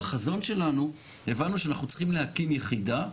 בחזון שלנו, הבנו שאנחנו צריכים להקים יחידה,